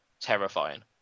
terrifying